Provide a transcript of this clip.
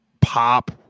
pop